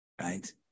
right